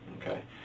okay